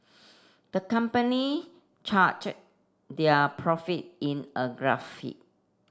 the company charted their profit in a